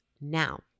now